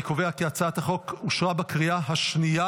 אני קובע כי הצעת החוק אושרה בקריאה השנייה.